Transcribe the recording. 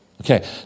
Okay